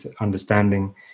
Understanding